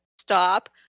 Stop